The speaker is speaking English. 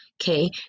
Okay